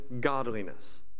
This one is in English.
godliness